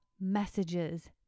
messages